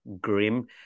grim